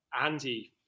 Andy